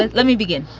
and let me begin.